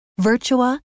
Virtua